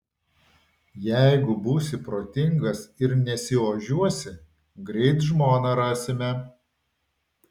jeigu būsi protingas ir nesiožiuosi greit žmoną rasime